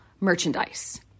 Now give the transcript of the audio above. merchandise